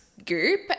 Goop